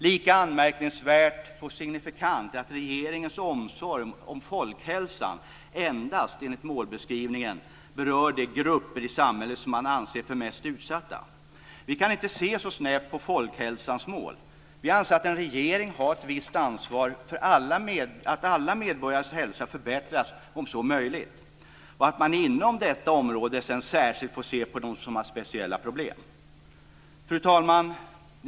Lika anmärkningsvärt och signifikant är att regeringens omsorg om folkhälsan endast, enligt målbeskrivningen, berör de grupper i samhället som man anser mest utsatta. Vi kan inte se så snävt på folkhälsans mål. Vi anser att en regering har ett visst ansvar för att alla medborgares hälsa förbättras om så är möjligt och att man inom detta område särskilt får se på dem som har speciella problem. Fru talman!